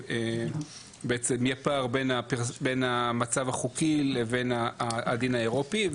בעצם יהיה פער בין המצב החוקי לבין הדין האירופי.